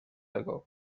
ago